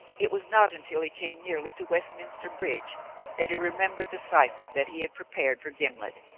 it was not until he came nearly to westminster bridge that he remembered the cipher that he had prepared for gimblet,